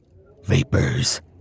Vapors